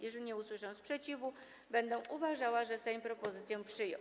Jeżeli nie usłyszę sprzeciwu, będę uważała, że Sejm propozycje przyjął.